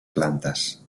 plantes